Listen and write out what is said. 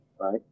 right